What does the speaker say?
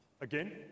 Again